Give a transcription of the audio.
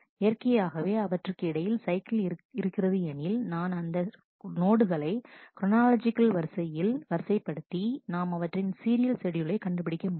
இயற்கையாகவே அவற்றிற்கு இடையில் சைக்கிள் இருக்கிறது எனில் நான் அந்த நோடுகளை குரானாலாஜிக்கல் வரிசையில் வரிசைப்படுத்தி நாம் அவற்றின் சீரியல் ஷெட்யூலை கண்டுபிடிக்க முடியும்